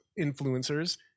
influencers